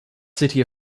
city